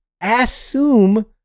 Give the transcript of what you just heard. assume